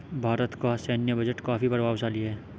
भारत का सैन्य बजट काफी प्रभावशाली है